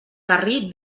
garrí